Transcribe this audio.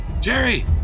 Jerry